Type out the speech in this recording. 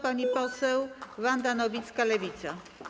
Pani poseł Wanda Nowicka, Lewica.